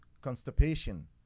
constipation